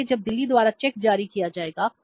इसलिए जब दिल्ली द्वारा चेक जारी किया जाएगा